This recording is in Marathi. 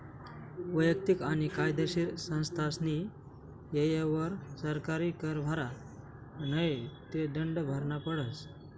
वैयक्तिक आणि कायदेशीर संस्थास्नी येयवर सरकारी कर भरा नै ते दंड भरना पडस